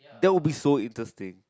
that will be so interesting